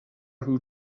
who